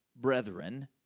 brethren